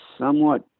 somewhat